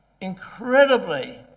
incredibly